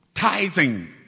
tithing